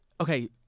Okay